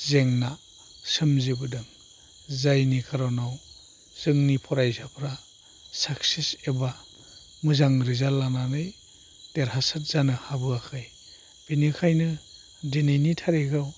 जेंना सोमजिबोदों जायनि खारनाव जोंनि फरायसाफ्रा साक्सेस एबा मोजां रिजाल्ट लानानै देरहासाद जानो हाबोआखै बिनिखायनो दिनैनि थारिखआव